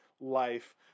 life